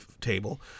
table